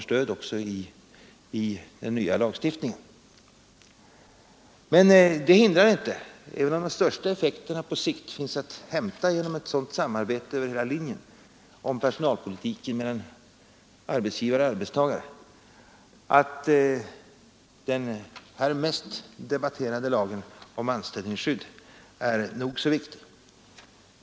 Men det hindrar inte, även om de största effekterna på sikt finns att hämta genom ett sådant samarbete om personalpolitiken över hela linjen mellan arbetsgivare och arbetstagare, att den här mest debatterade lagen om anställningsskydd är nog så viktig.